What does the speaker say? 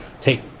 take